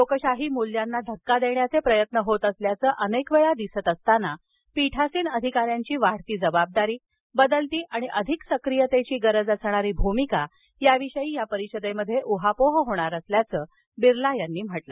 लोकशाही मूल्यांना धक्का देण्याचे प्रयत्न होत असल्याचे अनेकवेळा दिसत असताना पिठ्सीन अधिकाऱ्यांची वाढती जाबाबदारी बदलती आणि अधिक सक्रीयतेची गरज असणारी भूमिका याविषयी या परिषदेत उहापोह होणार असल्याचं बिर्ला म्हणाले